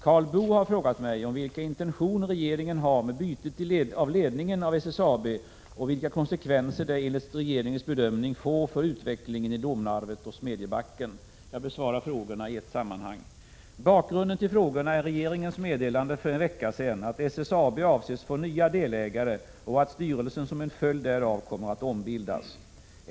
Karl Boo har frågat mig om vilka intentioner regeringen har med bytet av ledningen av SSAB och vilka konsekvenser det enligt regeringens bedömning får för utvecklingen i Domnarvet och Smedjebacken. Jag besvarar frågorna i ett sammanhang. Bakgrunden till frågorna är regeringens meddelande för en vecka sedan att SSAB avses få nya delägare och att styrelsen som en följd därav kommer att ombildas.